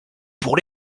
pour